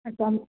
अच्छा